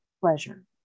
pleasure